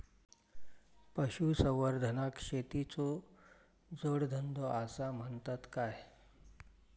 पशुसंवर्धनाक शेतीचो जोडधंदो आसा म्हणतत काय?